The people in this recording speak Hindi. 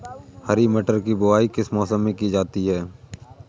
हरी मटर की बुवाई किस मौसम में की जाती है?